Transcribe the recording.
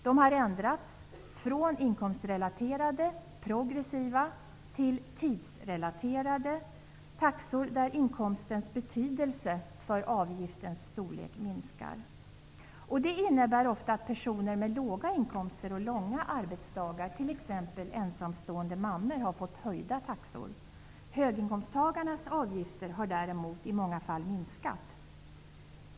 De har ändrats från inkomstrelaterade, progressiva taxor till tidsrelaterade taxor, där inkomstens betydelse för avgiftens storlek minskar. Det innebär ofta att personer med låga inkomster och långa arbetsdagar, t.ex. ensamstående mammor, har fått höjda taxor. Höginkomsttagarnas avgifter har däremot i många fall minskat.